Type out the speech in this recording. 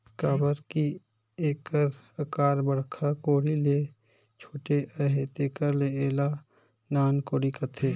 काबर कि एकर अकार बड़खा कोड़ी ले छोटे अहे तेकर ले एला नान कोड़ी कहथे